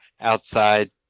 outside